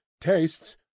tastes